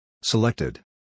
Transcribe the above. Selected